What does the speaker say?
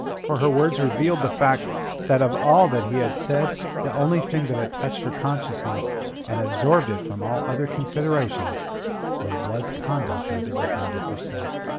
for her words revealed the fact that of all that he had said the only thing that had touched her consciousness and absorbed it from all other considerations was blood's conduct as it regarded herself.